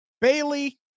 Bailey